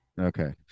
okay